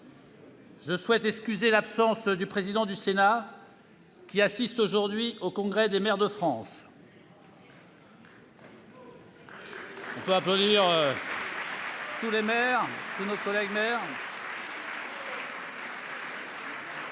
bien vouloir excuser l'absence du président du Sénat, qui assiste aujourd'hui au Congrès des maires de France. On peut applaudir tous nos collègues maires.